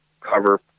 cover